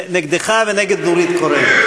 זה נגדך ונגד נורית קורן.